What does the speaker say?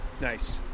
Nice